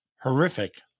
horrific